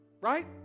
right